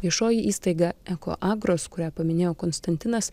viešoji įstaiga ekoagros kurią paminėjo konstantinas